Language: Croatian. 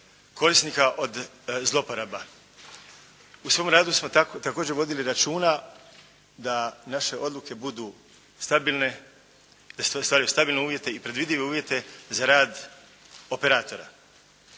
korisnika od zloporaba. U svom radu smo također vodili računa da naše odluke budu stabilne, da stvori ustvari stabilne uvjete i predvidljive uvjete za rad operatora.